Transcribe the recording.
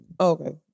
Okay